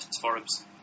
forums